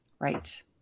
Right